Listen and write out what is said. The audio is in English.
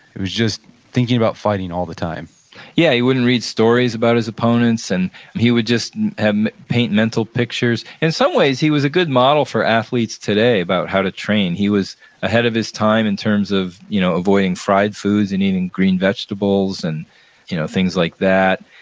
he was just thinking about fighting all the time yeah, he wouldn't read stories about his opponents, and he would just paint mental pictures. in some ways, he was a good model for athletes today about how to train. he was ahead of his time in terms of you know avoiding fried foods and eating green vegetables and you know things like that.